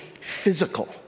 physical